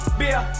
beer